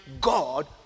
God